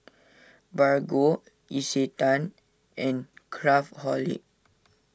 Bargo Isetan and Craftholic